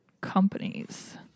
companies